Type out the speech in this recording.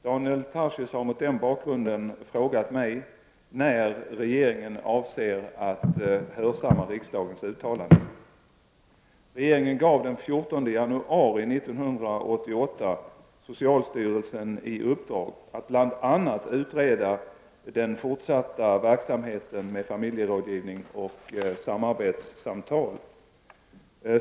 Daniel Tarschys har mot den bakgrunden frågat mig när regeringen avser att hörsamma riksdagens uttalanden. Regeringen gav den 14 januari 1988 socialstyrelsen i uppdrag att bl.a. utreda den fortsatta verksamheten med familjerådgivning och samarbetssamtal.